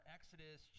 Exodus